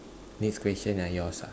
next question ah yours ah